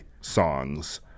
songs